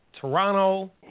Toronto